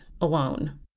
alone